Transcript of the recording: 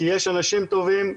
כי יש אנשים טובים,